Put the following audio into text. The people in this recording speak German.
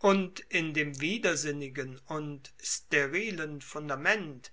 und in dem widersinnigen und sterilen fundament